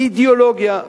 שהיא אידיאולוגיה.